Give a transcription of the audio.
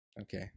Okay